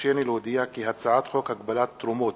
ביקשני להודיע כי הצעת חוק הגבלת תרומות